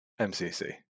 MCC